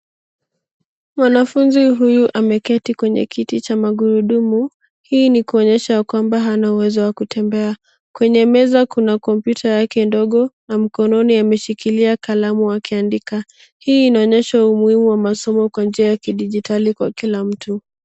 Mwanafunzi huyu ameketi kwenye kiti cha magurudumu, hii ni kuonyesha kwamba hana uwezo wa kutembea. Kwenye meza kuna kompyuta yake ndogo na mkononi ameshikilia kalamu akiandika. Hii inaonyesha umuhimu wa masomo kwa njia ya kidijitali kwa kila mtu.